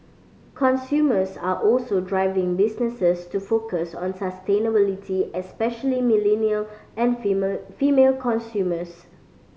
consumers are also driving businesses to focus on sustainability especially millennial and female consumers